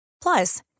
Plus